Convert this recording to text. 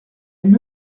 elles